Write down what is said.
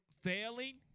failing